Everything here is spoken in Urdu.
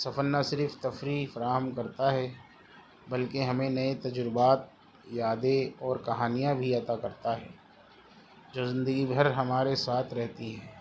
سفر نہ صرف تفریح فراہم کرتا ہے بلکہ ہمیں نئے تجربات یادیں اور کہانیاں بھی عطا کرتا ہے جو زندگی بھر ہمارے ساتھ رہتی ہے